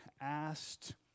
asked